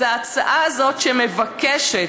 אז ההצעה הזאת מבקשת,